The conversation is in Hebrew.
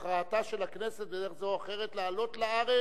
מהכרעתה של הכנסת בדרך זו או אחרת, לעלות לארץ,